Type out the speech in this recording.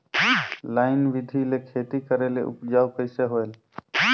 Line बिधी ले खेती करेले उपजाऊ कइसे होयल?